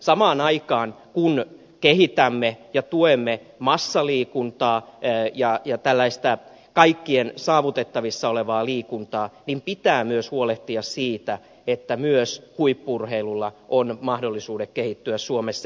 samaan aikaan kun kehitämme ja tuemme massaliikuntaa ja tällaista kaikkien saavutettavissa olevaa liikuntaa niin pitää myös huolehtia siitä että myös huippu urheilulla on mahdollisuudet kehittyä suomessa